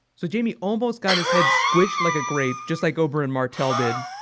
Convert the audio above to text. so jamie almost got his head squished like a grape, just like oberyn martell did.